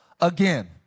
again